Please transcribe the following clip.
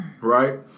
right